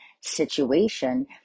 situation